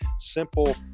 simple